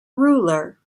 ruler